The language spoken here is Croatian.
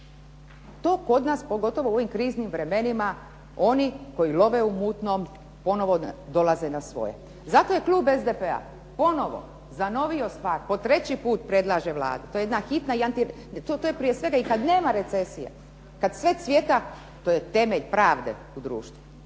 To kod nas, pogotovo u ovim kriznim vremenima, oni koji love u mutnom ponovno dolaze na svoje. Zato je klub SDP-a ponovno zanovio stvar, po treći put predlaže Vladi, to je jedna hitna i to je prije svega i kad nema recesije, kad sve cvjeta, to je temelj pravde u društvu,